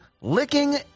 licking